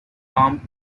tom